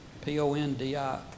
P-O-N-D-I